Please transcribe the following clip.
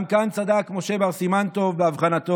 גם כאן צדק משה בר סימן טוב באבחנתו.